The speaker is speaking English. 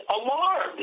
alarmed